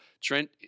Trent